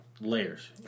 Layers